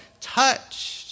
touched